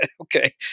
Okay